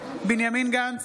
בנימין גנץ,